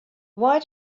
why